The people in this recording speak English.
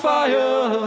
fire